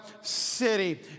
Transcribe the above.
City